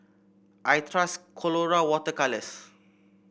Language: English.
I trust Colora Water Colours